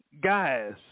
guys